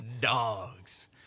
dogs